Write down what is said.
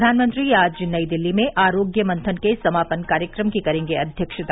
प्रधानमंत्री आज नई दिल्ली में आरोग्य मंथन के समापन कार्यक्रम की करेंगे अध्यक्षता